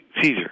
Caesar